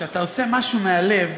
כשאתה עושה משהו מהלב,